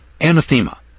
anathema